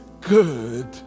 good